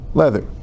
leather